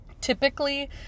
typically